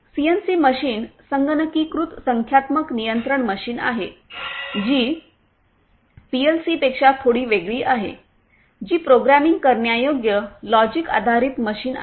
CNC machine संगणकीकृत संख्यात्मक नियंत्रण मशीन आहे जी पीएलसीपेक्षा थोडी वेगळी आहे जी प्रोग्रामिंग करण्यायोग्य लॉजिक आधारित मशीन आहेत